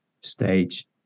stage